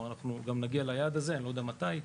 אנחנו נגיע ליעד הזה, אני לא יודע מתי,